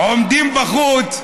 עומדים בחוץ.